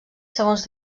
segons